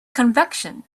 convection